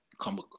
come